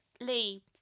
Lee